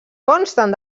consten